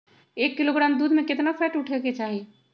एक किलोग्राम दूध में केतना फैट उठे के चाही?